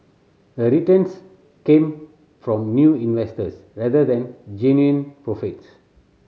the returns came from new investors rather than genuine profits